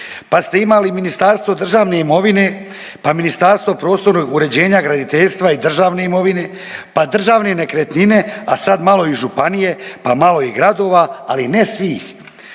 pa ste imali Ministarstvo državne imovine, pa Ministarstvo prostornog uređenja, graditeljstva i državne imovine, pa državne nekretnine, a sad malo i županije, pa malo i gradova, ali ne svih.